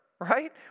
right